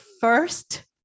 first